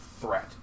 threat